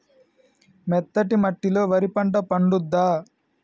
మెత్తటి మట్టిలో వరి పంట పండుద్దా?